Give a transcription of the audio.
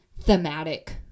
thematic